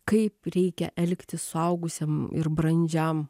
kaip reikia elgtis suaugusiam ir brandžiam